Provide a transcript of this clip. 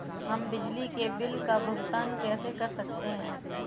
हम बिजली के बिल का भुगतान कैसे कर सकते हैं?